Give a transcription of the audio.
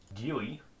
Dewey